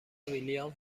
ویلیام